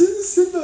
perlyn